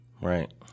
Right